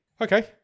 Okay